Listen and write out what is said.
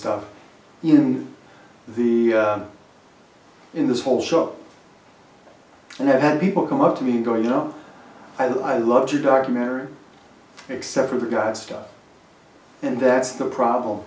stuff in the in this whole shop and have had people come up to me and going you know i love your documentary except for the god stuff and that's the problem